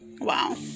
Wow